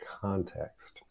context